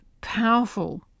powerful